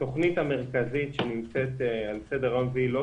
התוכנית המרכזית שנמצאת על סדר-היום והיא לא